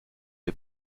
les